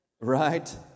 Right